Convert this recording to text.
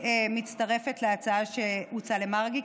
אני מצטרפת להצעה שהוצעה למרגי,